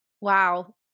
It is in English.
Wow